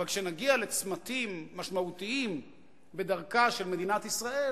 אבל כשנגיע לצמתים משמעותיים בדרכה של מדינת ישראל